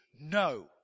no